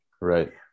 Right